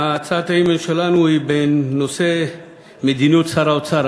הצעת האי-אמון שלנו היא בנושא מדיניות שר האוצר,